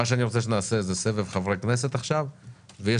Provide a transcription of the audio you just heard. מה שאני רוצה שנעשה זה סבב חברי כנסת עכשיו ויש